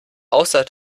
außer